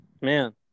Man